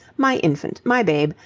my infant, my babe,